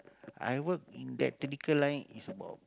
I work in that technical line is about